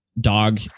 Dog